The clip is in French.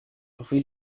rue